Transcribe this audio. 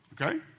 Okay